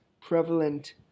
prevalent